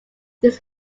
this